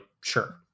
sure